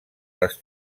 les